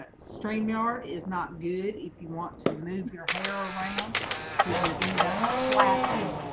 ah stream yard is not good if you want to move your hair around because you end up slapping a